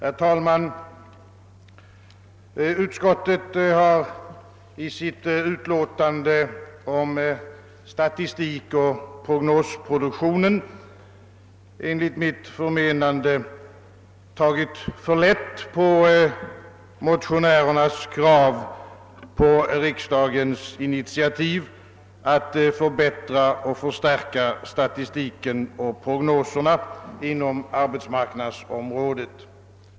Herr talman! Utskottet har i sitt utlåtande om statistikoch prognosproduktionen enligt mitt förmenande alltför lätt gått förbi motionärernas krav att riksdagen skall ta initiativ för att förbättra och förstärka denna verksamhet inom arbetsmarknadsområdet.